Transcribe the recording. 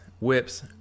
whips